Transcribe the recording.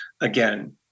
again